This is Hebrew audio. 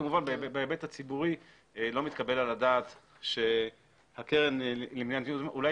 כמובן בהיבט הציבורי לא מתקבל על הדעת שהקרן למניעת זיהום ים אולי